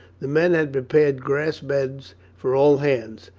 the men had prepared grass beds for all hands.